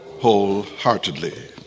wholeheartedly